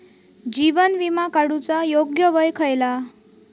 जीवन विमा काडूचा योग्य वय खयला?